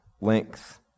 length